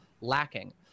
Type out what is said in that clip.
lacking